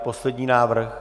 Poslední návrh?